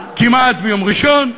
כמעט ביום ראשון,